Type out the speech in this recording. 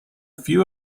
few